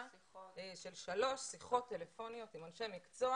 של שלוש שיחות טלפוניות עם אנשי מקצוע